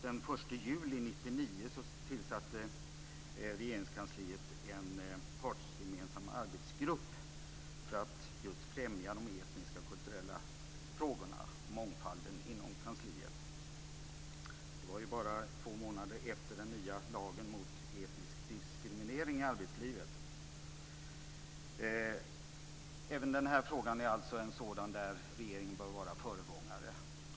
Den 1 juli 1999 tillsatte Regeringskansliet en partsgemensam arbetsgrupp för att främja de etniska och kulturella frågorna och mångfalden inom kansliet. Det var bara två månader efter det att den nya lagen mot etnisk diskriminering i arbetslivet trädde i kraft. Även i den här frågan bör regeringen vara föregångare.